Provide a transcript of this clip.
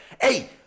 Hey